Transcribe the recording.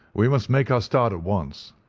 we must make our start at once,